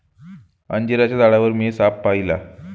अंजिराच्या झाडावर मी साप पाहिला